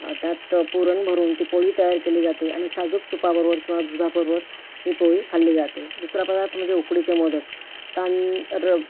त्यात पुरण भरून ती पोळी तयार केली जाते आणि साजूक तुपाबरोबर किंवा दुधाबरोबर ही पोळी खाल्ली जाते दुसरा पदार्थ म्हणजे उकडीचे मोदक तांद र